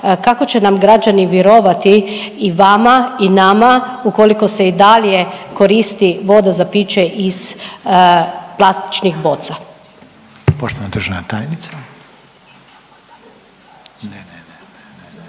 kako će nam građani vjerovati i vama i nama ukoliko se i dalje koristi voda za piće iz plastičnih boca?